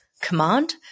command